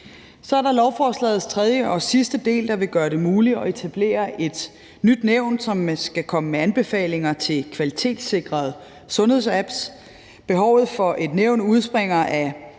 Så er der lovforslagets tredje og sidste del, der vil gøre det muligt at etablere et nyt nævn, som skal komme med anbefalinger til kvalitetssikrede sundhedsapps. Behovet for et nævn udspringer af